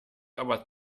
aber